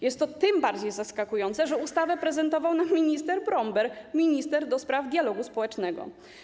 Jest to tym bardziej zaskakujące, że ustawę prezentował nam minister Bromber, minister ds. dialogu społecznego.